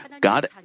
God